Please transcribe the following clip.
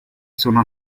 sono